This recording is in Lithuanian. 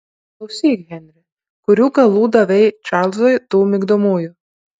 klausyk henri kurių galų davei čarlzui tų migdomųjų